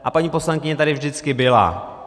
A paní poslankyně tady vždycky byla.